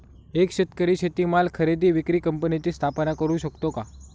एक शेतकरी शेतीमाल खरेदी विक्री कंपनीची स्थापना करु शकतो का?